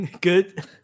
Good